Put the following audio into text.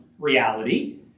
reality